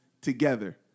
together